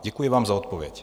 Děkuji vám za odpověď.